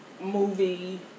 movie